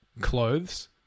clothes